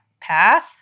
path